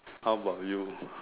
how about you